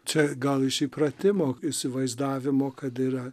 čia gal iš įpratimo įsivaizdavimo kad yra